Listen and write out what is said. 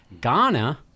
Ghana